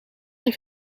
een